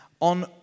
on